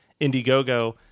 Indiegogo